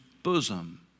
bosom